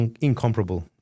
incomparable